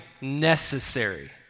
necessary